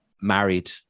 married